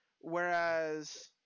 whereas